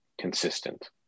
consistent